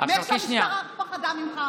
מאיך שהמשטרה פחדה ממך,